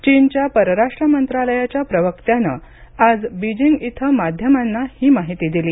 चीनच्या परराष्ट्र मंत्रालयाच्या प्रवक्त्यानं आज बिजिंग इथं माध्यमांना ही माहिती दिली